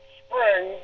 spring